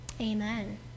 Amen